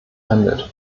handelt